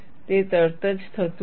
તે તરત જ થતું નથી